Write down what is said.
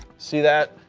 see that.